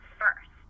first